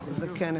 זה כן אפשרי.